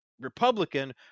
Republican